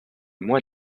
mois